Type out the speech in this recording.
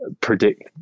predict